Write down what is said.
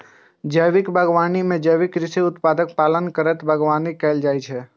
जैविक बागवानी मे जैविक कृषि पद्धतिक पालन करैत बागवानी कैल जाइ छै